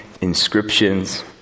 inscriptions